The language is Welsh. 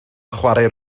chwarae